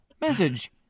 message